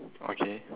okay